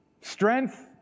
Strength